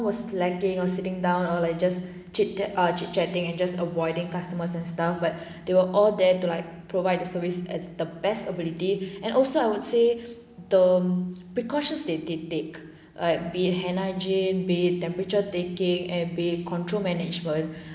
was lagging or sitting down or like just chit ah chit chatting and just avoiding customers and stuff but they were all there to like provide the service as the best ability and also I would say the precautions they did take like be it hand hygiene be it temperature taking and be it control management